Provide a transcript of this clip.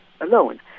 alone